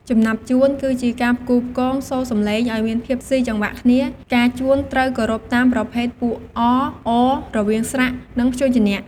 ចំណាប់ជួន គឺជាការផ្គូផ្គងសូរសំឡេងឱ្យមានភាពស៊ីចង្វាក់គ្នា ការជួនត្រូវគោរពតាមប្រភេទពួក អ-អ៊ រវាងស្រៈ និងព្យញ្ជនៈ។